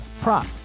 prop